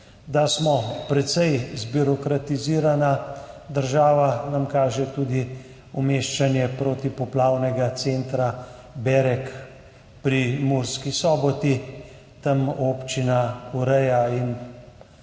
Da smo precej zbirokratizirana država, nam kaže tudi umeščanje protipoplavnega centra Berek pri Murski Soboti. Tam občina ureja in